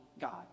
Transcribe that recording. God